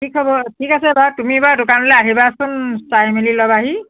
ঠিক হ'ব ঠিক আছে বাৰু তুমি বাৰু দোকানলৈ আহিবাচোন চাই মেলি ল'বাহি